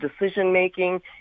decision-making